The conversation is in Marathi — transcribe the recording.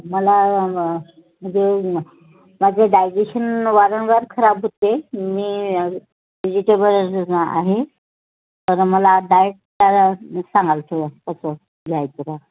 मला म्हणजे माझं डायजेशन वारंवार खराब होते मी व्हिजिटेबल आहे अजून मला डाएट सांगाल थोडं कसं घ्यायचं काय